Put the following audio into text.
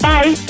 Bye